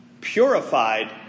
purified